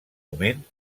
moment